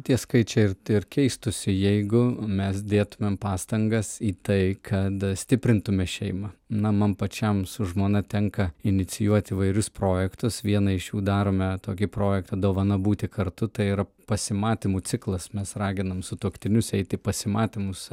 tie skaičiai ir ir keistųsi jeigu mes dėtumėm pastangas į tai kad stiprintume šeimą na man pačiam su žmona tenka inicijuoti įvairius projektus vieną iš jų darome tokį projektą dovana būti kartu tai yra pasimatymų ciklas mes raginam sutuoktinius eiti į pasimatymus